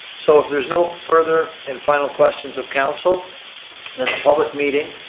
so if there's no further and final questions of council then the public meeting,